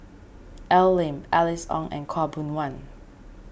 Al Lim Alice Ong and Khaw Boon Wan